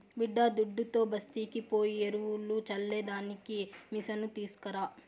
బిడ్డాదుడ్డుతో బస్తీకి పోయి ఎరువులు చల్లే దానికి మిసను తీస్కరా